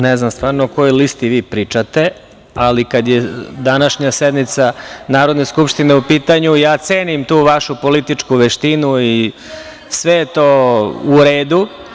Ne znam stvarno o kojoj listi vi pričate, ali kada je današnja sednica Narodne skupštine u pitanju, ja cenim tu vašu političku veštinu i sve je to u redu.